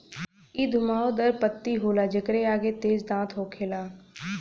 इ घुमाव दार पत्ती होला जेकरे आगे तेज दांत होखेला